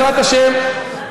בעזרת השם,